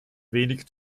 wenig